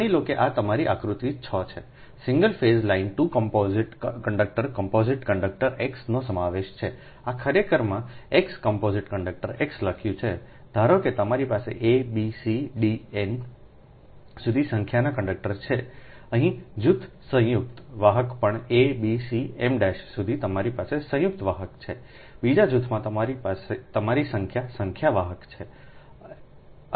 માની લો કે આ તમારી આકૃતિ 6 છે single phase line 2 composite conductor composite conductor X નો સમાવેશ કરે છે આ ખરેખર મેં X કંપોઝિટ કંડક્ટર X લખ્યું છે ધારો કે તમારી પાસે a b c d n સુધી સંખ્યાના કંડક્ટર છે અહીં જૂથ સંયુક્ત વાહક પણ a b c m સુધી તમારી પાસે સંયુક્ત વાહક છે બીજા જૂથમાં તમારી સંખ્યા સંખ્યા વાહક છે